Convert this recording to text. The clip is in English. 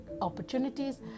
opportunities